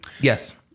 yes